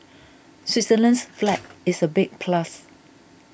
Switzerland's flag is a big plus